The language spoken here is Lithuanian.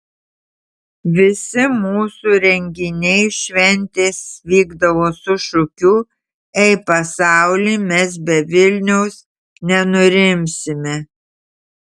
visi mūsų renginiai šventės vykdavo su šūkiu ei pasauli mes be vilniaus nenurimsime